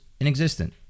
inexistent